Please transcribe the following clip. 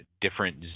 different